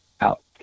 out